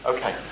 Okay